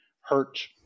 hurt